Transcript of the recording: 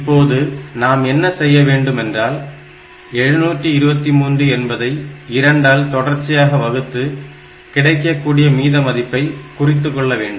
இப்போது நாம் என்ன செய்ய வேண்டும் என்றால் 723 என்பதை 2 ஆல் தொடர்ச்சியாக வகுத்து கிடைக்கக்கூடிய மீத மதிப்பை குறித்துக்கொள்ள வேண்டும்